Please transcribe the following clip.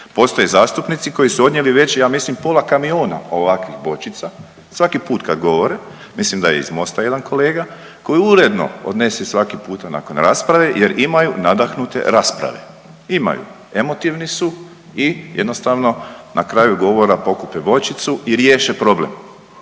Postoje zastupnici koji su odnijeli već ja mislim pola kamiona ovakvih bočica svaki put kad govore, mislim da je iz Mosta jedan kolega koji uredno odnese svaki puta nakon rasprave jer imaju nadahnute rasprave, imaju, emotivni su i jednostavno na kraju govora pokupe bočicu i riješe problem,